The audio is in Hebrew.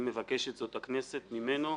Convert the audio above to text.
אם מבקשת זאת הכנסת ממנו,